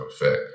effect